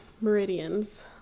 meridians